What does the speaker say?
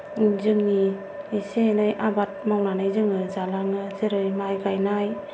जोंनि इसे एनै आबाद मावनानै जोङो जालाङो जेरै माइ गायनाय